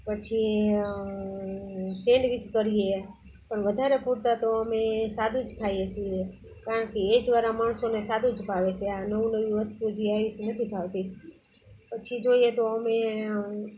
પછી સેન્ડવિચ કરીએ પણ વધારે પૂરતા તો અમે સાદું જ ખાઈએ છીએ કારણ કે એજવાળા માણસોને સાદું જ ભાવે છે આ નવું નવી વસ્તુ જી આવી છે નથી ભાવતી પછી જોઈએ તો અમે